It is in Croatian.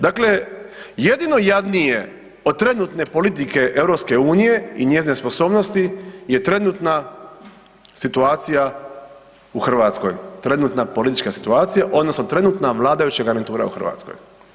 Dakle, jedino jadnije od trenutne politike EU i njezine sposobnosti je trenutna situacija u Hrvatskoj, trenutna politička situacija odnosno trenutna vladajuća garnitura u Hrvatskoj.